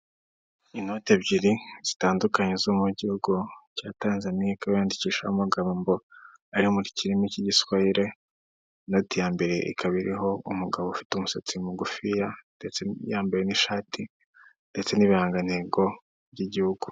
Inoti ebyiri zitandukanye zo mu gihugu cya Tanzania ikaba yandikishijeho amagambo ari mu kirimi cy'igiswayile, inoti ya mbere ikaba iriho umugabo ufite umusatsi mugufiya ndetse yambaye n'ishati ndetse n'ibirangantego by'igihugu.